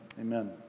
amen